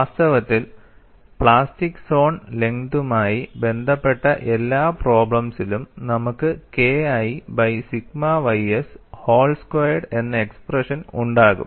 വാസ്തവത്തിൽ plastic zone ലെങ്തുമായി ബന്ധപ്പെട്ട എല്ലാ പ്രോബ്ലെംസിലും നമുക്ക് KI by sigma ys whole squared എന്ന എക്സ്പ്രെഷൻ ഉണ്ടാകും